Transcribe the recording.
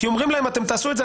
כי אומרים להן: אם תעשו את זה,